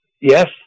Yes